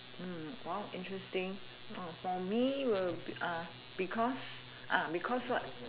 mm !wow! interesting oh for me will be uh because uh because what